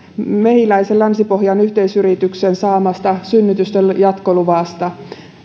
mehiläisen länsi pohjan yhteisyrityksen saamasta synnytysten jatkoluvasta